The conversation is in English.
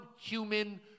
human